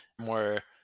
More